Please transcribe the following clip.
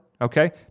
okay